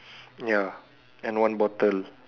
ya and one bottle